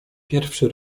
pierwszy